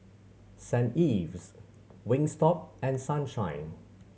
Saint Ives Wingstop and Sunshine